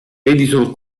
edison